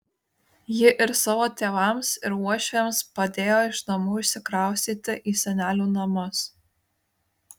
ji ir savo tėvams ir uošviams padėjo iš namų išsikraustyti į senelių namus